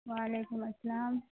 و علیکم السلام